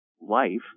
life